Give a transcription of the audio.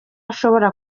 ashobora